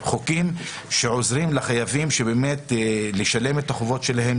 חוקים שעוזרים לחייבים לשלם את החובות שלהם,